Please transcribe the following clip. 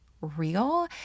real